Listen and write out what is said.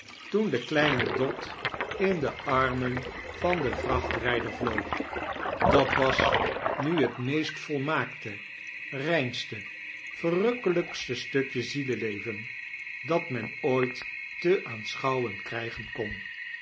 toen de kleine dot in de armen van den vrachtrijder vloog dat was nu het meest volmaakte reinste verrukkelijkste stukje zieleleven dat men ooit te aansohouwen krgen kon